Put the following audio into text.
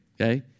okay